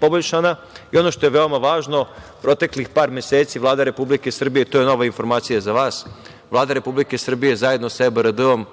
poboljšana i ono što je veoma važno, proteklih par meseci Vlada Republike Srbije, to je nova informacija za vas, Vlada Republike Srbije zajedno sa EBRD